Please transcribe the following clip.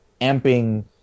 amping